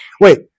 Wait